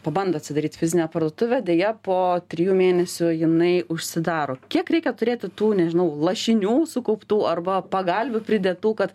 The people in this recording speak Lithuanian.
pabando atsidaryt fizinę parduotuvę deja po trijų mėnesių jinai užsidaro kiek reikia turėti tų nežinau lašinių sukauptų arba pagalvių pridėtų kad